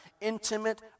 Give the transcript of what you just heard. intimate